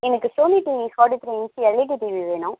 எனக்கு Sony TV forty three inch LED TV வேணும்